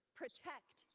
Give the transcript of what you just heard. protect